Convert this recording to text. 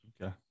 Okay